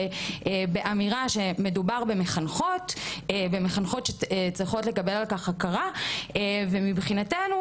באמירה שמדובר במחנכות ומחנכות שצריכות לקבל על כך הכרה ומבחינתנו